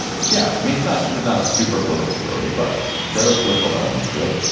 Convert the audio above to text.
ah yeah, i mean, it's not there's not a super political story, but there are political elements to it.